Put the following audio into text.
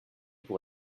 pour